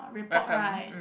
report right